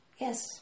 Yes